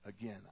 again